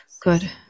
Good